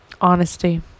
Honesty